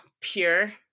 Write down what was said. pure